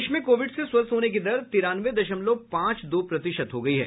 देश में कोविड से स्वस्थ होने की दर तिरानवे दशमलव पांच दो प्रतिशत हो गई है